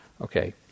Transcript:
Okay